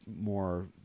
more